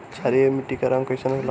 क्षारीय मीट्टी क रंग कइसन होला?